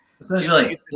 essentially